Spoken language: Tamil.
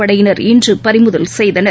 படையினர் இன்றுபறிமுதல் செய்தனர்